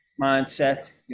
mindset